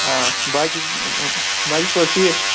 آ باقٕے باقٕے چھُو حظ ٹھیٖک